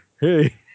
hey